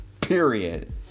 period